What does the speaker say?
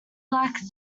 black